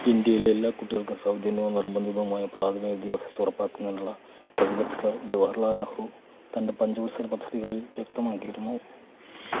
ഇൻഡ്യയിലെ എല്ലാ കുട്ടികൾക്കും സൗജന്യവും നിർബന്ധിതവുമായ പ്രാഥമിക വിദ്യാഭ്യാസം ഉറപ്പാക്കുന്നതിനുള്ള പ്രതിബദ്ധത ജവഹർലാൽ നെഹ്റു തന്റെ പഞ്ചവത്സര പദ്ധതികളിൽ വ്യക്തമാക്കിയിരുന്നു